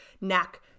neck